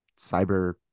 cyber